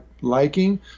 liking